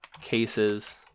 cases